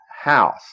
house